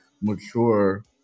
mature